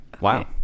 wow